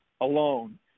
alone